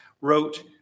wrote